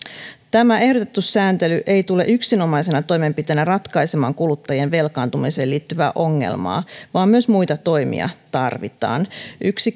tämä ehdotettu sääntely ei tule yksinomaisena toimenpiteenä ratkaisemaan kuluttajien velkaantumiseen liittyvää ongelmaa vaan myös muita toimia tarvitaan yksi